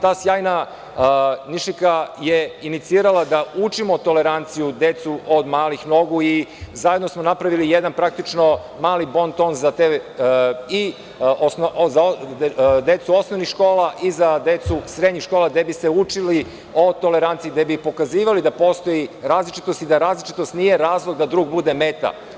Ta sjajna Nišlijka je inicirala da decu učimo toleranciji od malih nogu i zajedno smo napravili jedan mali bonton za decu osnovnih škola i za decu srednjih škola, gde bi se učili toleranciji i gde bi pokazivali da postoji različitost i da različitost nije razlog da drug bude meta.